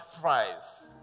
fries